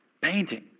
painting